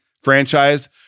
franchise